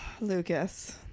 Lucas